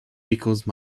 because